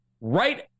right